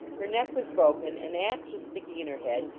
her neck was broken, an ax was stick ing in her head,